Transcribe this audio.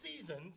seasons